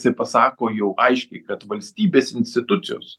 jisai pasako jau aiškiai kad valstybės institucijos